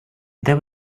there